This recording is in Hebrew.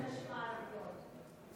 הנשים הערביות.